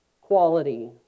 quality